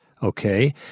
Okay